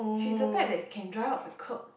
she's the type that can drive up curb